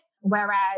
whereas